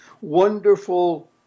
Wonderful